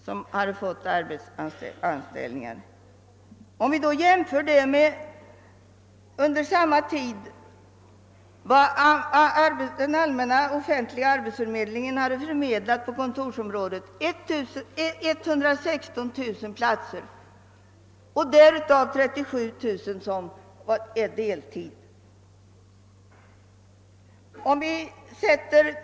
Som jämförelse kan nämnas det antal anställningar på kontorsområdet som den offentliga arbetsförmedlingen under samma tid förmedlade: 116 000 platser, av vilka 37000 gällde deltidsarbete.